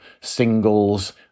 singles